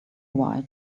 while